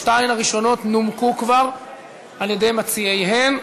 השתיים הראשונות נומקו כבר על-ידי מציעיהן.